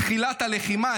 בתחילת הלחימה,